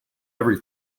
every